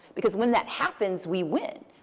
because when that happens, we win.